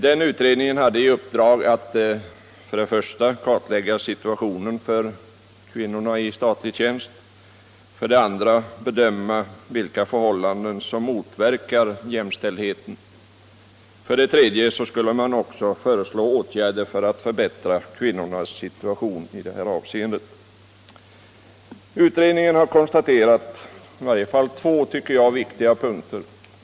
Den utredningen hade i uppdrag att för det första kartlägga situationen för kvinnorna i statlig tjänst, att för det andra bedöma vilka förhållanden som motverkar jämställdheten och att för det tredje föreslå åtgärder för att förbättra kvinnornas situation i det här avseendet. Jag tycker att utredningen i varje fall har gjort två viktiga konstateranden.